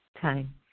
Time